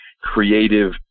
creative